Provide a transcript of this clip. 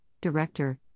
Director